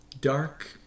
Dark